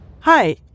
Hi